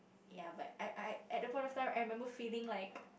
ya but I I at the point of time I remember feeling like